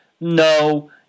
No